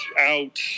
out